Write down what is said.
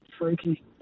freaky